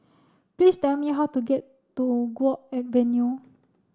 please tell me how to get to Guok Avenue